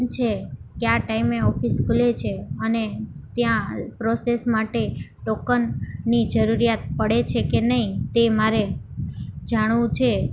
છે કયા ટાઈમે ઓફિસ ખૂલે છે અને ત્યાં પ્રોસેસ માટે ટોકનની જરૂરિયાત પડે છે કે નહીં તે મારે જાણવું છે